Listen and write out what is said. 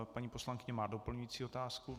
Paní poslankyně má doplňující otázku?